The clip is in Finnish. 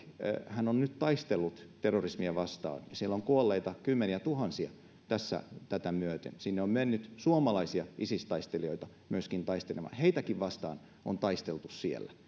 irakhan on nyt taistellut terrorismia vastaan ja siellä on kuolleita kymmeniätuhansia tätä myöten sinne on mennyt myöskin suomalaisia isis taistelijoita taistelemaan heitäkin vastaan on taisteltu siellä